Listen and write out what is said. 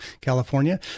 California